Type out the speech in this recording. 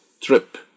trip